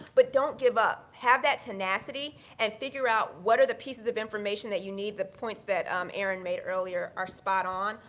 but don't give up. have that tenacity. and figure out what are the pieces of information that you need. the points that um aaron made earlier are spot on,